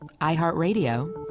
iHeartRadio